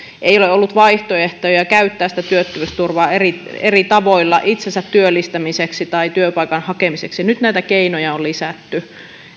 ei ole ollut vaihtoehtoja käyttää sitä työttömyysturvaa eri eri tavoilla itsensä työllistämiseksi tai työpaikan hakemiseksi nyt näitä keinoja on lisätty